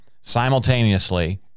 simultaneously